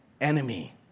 enemy